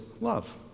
love